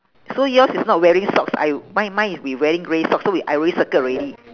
so yours is not wearing socks I mine mine is we wearing grey socks so we I already circle already